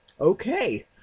okay